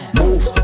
move